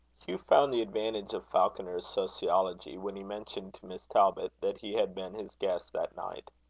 hugh found the advantage of falconer's sociology when he mentioned to miss talbot that he had been his guest that night.